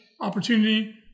opportunity